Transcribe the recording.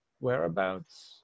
whereabouts